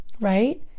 right